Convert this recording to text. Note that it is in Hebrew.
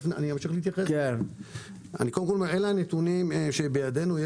אלה הנתונים שבידינו.